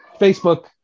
Facebook